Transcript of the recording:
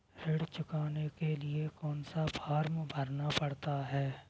ऋण चुकाने के लिए कौन सा फॉर्म भरना पड़ता है?